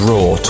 Raw